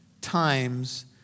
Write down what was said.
times